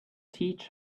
teach